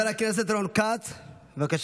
המציאות